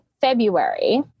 February